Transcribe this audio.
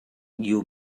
you